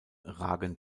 ragen